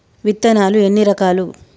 విత్తనాలు ఎన్ని రకాలు?